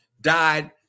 died